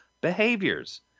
behaviors